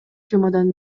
жумадан